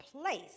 place